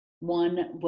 One